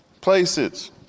places